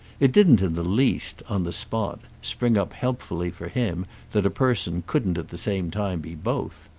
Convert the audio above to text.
it didn't in the least, on the spot, spring up helpfully for him that a person couldn't at the same time be both.